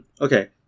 okay